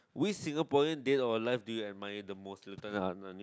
which Singaporean dead or alive do you admire the most lieutenant